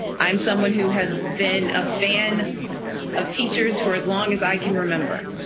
i'm someone who has been a fan of teachers for as long as i can remember.